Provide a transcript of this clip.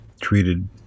treated